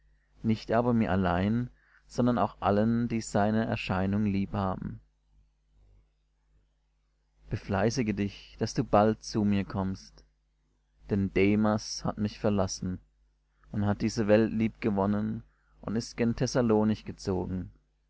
nicht aber mir allein sondern auch allen die seine erscheinung liebhaben befleißige dich daß du bald zu mir kommst denn demas hat mich verlassen und hat diese welt liebgewonnen und ist gen thessalonich gezogen